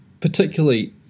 particularly